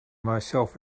myself